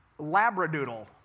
labradoodle